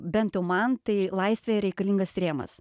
bent jau man tai laisvė reikalingas rėmas